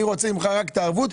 אני רוצה ממך רק את הערבות.